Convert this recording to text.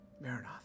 Maranatha